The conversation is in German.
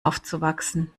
aufzuwachsen